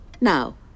Now